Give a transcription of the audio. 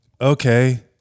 okay